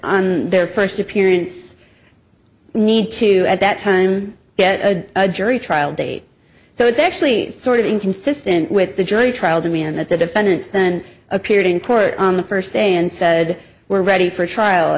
their first appearance need to at that time get a jury trial date so it's actually sort of inconsistent with the jury trial demand that the defendants then appeared in court on the first day and said we're ready for a trial i